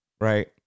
Right